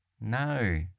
No